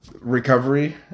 recovery